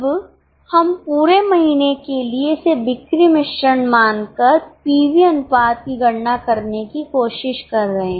अब हम पूरे महीने के लिए इसे बिक्री मिश्रण मानकर पीवी अनुपात की गणना करने की कोशिश कर रहे हैं